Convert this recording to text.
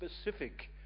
specific